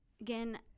Again